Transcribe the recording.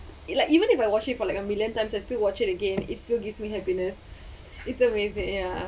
like even if I watch it for like a million times I still watch it again it's still gives me happiness it's amazing ya